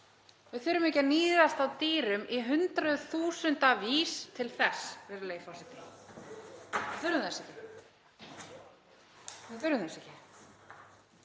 Við þurfum ekki að níðast á dýrum í hundruð þúsunda vís til þess, virðulegi forseti. Við þurfum þess ekki.